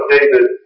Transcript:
David